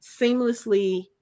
seamlessly